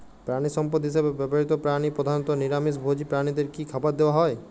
প্রাণিসম্পদ হিসেবে ব্যবহৃত প্রাণী প্রধানত নিরামিষ ভোজী প্রাণীদের কী খাবার দেয়া হয়?